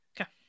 Okay